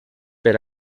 per